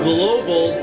global